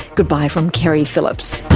goodbye from keri phillips